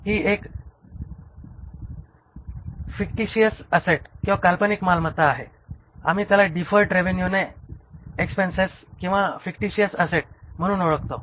ही एक fictitious asset आहे आम्ही त्याला डिफर्ड रेवेणूने एक्सपेन्स किंवा फिकटीशीयस अस्सेट म्हणून ओळखतो